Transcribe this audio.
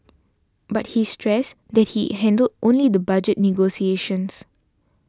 but he stressed that he handled only the budget negotiations